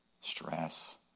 Stress